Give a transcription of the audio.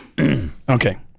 Okay